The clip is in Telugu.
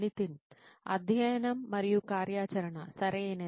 నితిన్ అధ్యయనం మరియు కార్యాచరణ సరియైనది